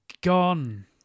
Gone